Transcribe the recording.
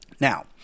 Now